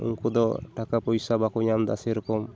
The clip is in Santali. ᱩᱱᱠᱩ ᱫᱚ ᱴᱟᱠᱟ ᱯᱚᱭᱥᱟ ᱵᱟᱠᱚ ᱧᱟᱢᱫᱟ ᱥᱮᱨᱚᱠᱚᱢ